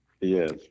Yes